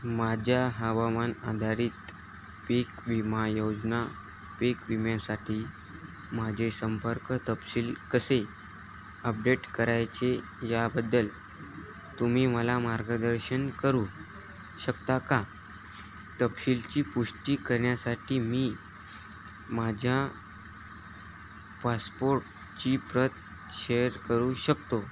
माझ्या हवामान आधारित पीक विमा योजना पीक विम्यासाठी माझे संपर्क तपशील कसे अपडेट करायचे याबद्दल तुम्ही मला मार्गदर्शन करू शकता का तपशीलची पुष्टी करण्यासाठी मी माझ्या पासपोर्टची प्रत शेअर करू शकतो